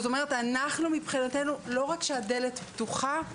לא רק שהדלת פתוחה מבחינתנו,